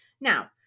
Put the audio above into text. Now